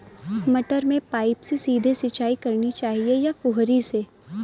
मटर में पाइप से सीधे सिंचाई करनी चाहिए या फुहरी से?